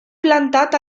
plantat